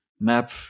map